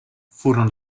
furono